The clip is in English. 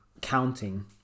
counting